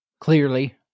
clearly